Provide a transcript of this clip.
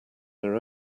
their